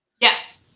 Yes